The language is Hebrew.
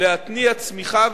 להתניע צמיחה,